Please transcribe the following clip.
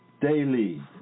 daily